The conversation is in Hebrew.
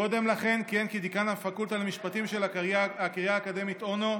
קודם לכן כיהן כדיקן הפקולטה למשפטים של הקריה האקדמית אונו,